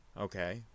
Okay